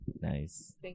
nice